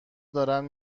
دارن